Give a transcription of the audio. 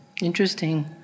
Interesting